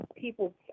people